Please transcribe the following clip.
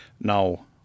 Now